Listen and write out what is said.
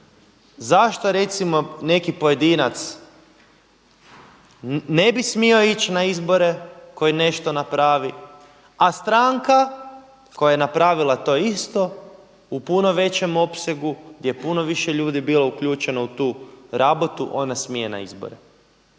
Zašto recimo neki pojedinac ne bi smio ići na izbore koji nešto napravi, a stranka koja je napravila to isto u puno većem opsegu, gdje je puno više ljudi bilo uključeno u tu rabotu, ona smije na izbore.